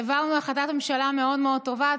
העברנו החלטת ממשלה מאוד טובה.